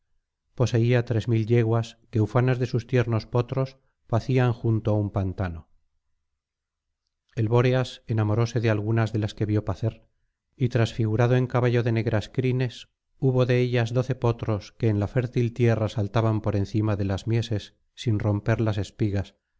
poseía tres mil yeguas que ufanas de sus tiernos potros pacían junto á un pantano el bóreas enamoróse de algunas de las que vio pacer y transfigurado en caballo de negras crines hubo de ellas doce potros que en la fértil tierra saltaban por encima de las mieses sin romper las espigas